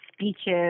speeches